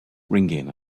ringing